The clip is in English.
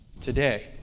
today